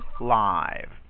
live